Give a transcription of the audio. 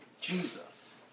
Jesus